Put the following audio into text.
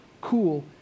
cool